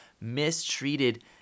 mistreated